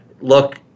look